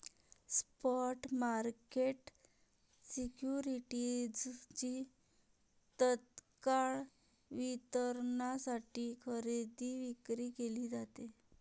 spot market सिक्युरिटीजची तत्काळ वितरणासाठी खरेदी विक्री केली जाते